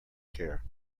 care